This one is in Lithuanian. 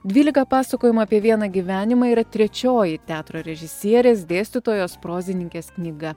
dvylika pasakojimų apie vieną gyvenimą yra trečioji teatro režisierės dėstytojos prozininkės knyga